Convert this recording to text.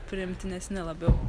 priimtinesni labiau